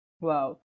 Wow